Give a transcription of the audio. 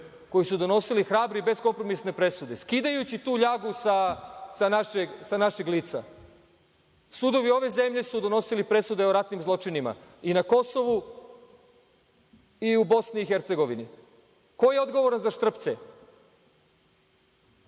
koji su donosili hrabre i beskompromisne presude, skidajući tu ljagu sa našeg lica. Sudovi ove zemlje su donosili presude o ratnim zločinima i na Kosovu i u Bosni i Hercegovini. Ko je odgovoran za Štrpce?